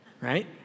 right